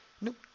Nope